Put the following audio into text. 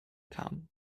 kamen